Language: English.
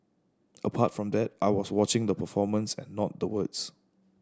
apart from that I was watching the performance and not the words